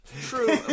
True